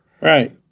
right